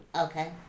Okay